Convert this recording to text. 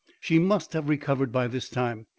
she must have recovered by this time.